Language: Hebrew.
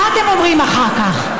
מה אתם אומרים אחר כך?